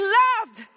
loved